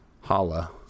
holla